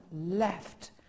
left